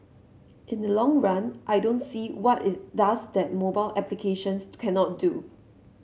in the long run I don't see what it does that mobile applications cannot do